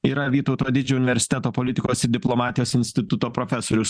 yra vytauto didžiojo universiteto politikos ir diplomatijos instituto profesorius